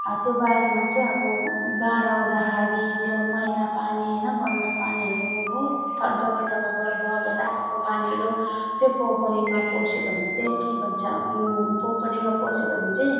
त्यो बाढ्मा चाहिँ अब बाढ आउँदाखेरि त्यो मैला पानी होइन गन्दा पानीहरू बहुत जग्गा जग्गाबाट बगेर आएको पानीहरू त्यो पोखरीमा पस्यो भने चाहिँ के भन्छ पोखरीमा पस्यो भने चाहिँ